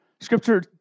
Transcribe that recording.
Scripture